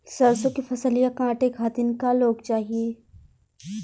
सरसो के फसलिया कांटे खातिन क लोग चाहिए?